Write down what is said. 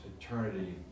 Eternity